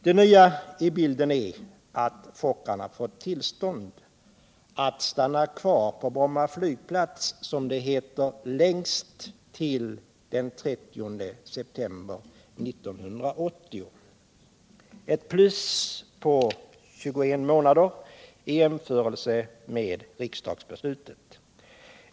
Det nya i bilden är att Fokkerplanen fått tillstånd att stanna kvar på Bromma flygplats ”Jängst till den 30 september 1980” — ett plus på 21 månader i jämförelse med riksdagsbeslutet.